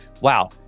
wow